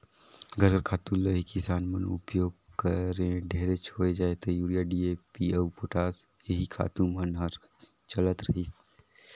घर कर खातू ल ही किसान मन उपियोग करें ढेरेच होए जाए ता यूरिया, डी.ए.पी अउ पोटास एही खातू मन हर चलत रहिस